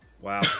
Wow